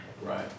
right